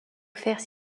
faire